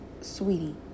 sweetie